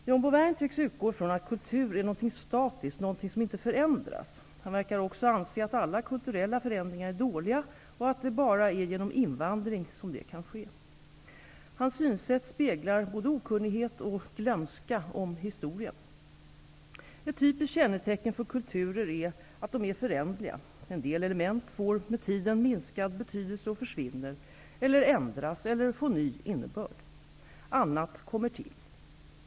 John Bouvin tycks utgå från att kultur är något statiskt, något som inte förändras. Han verkar också anse att alla kulturella förändringar är dåliga och att det bara är genom invandring som de kan ske. Hans synsätt speglar både okunnighet och glömska om historien. Ett typiskt kännetecken för kulturer är att de är föränderliga, en del element får med tiden minskad betydelse och försvinner eller ändras eller får ny innebörd. Annat kommer till.